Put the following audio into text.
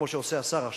כמו שעושה השר עכשיו,